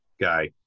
guy